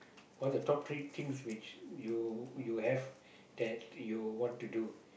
what's your top three things which you you have that you want to do